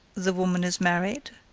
the woman is married?